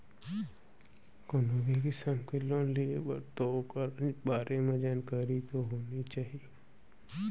कोनो भी किसम के लोन लिये रबे तौ ओकर बारे म जानकारी तो होने चाही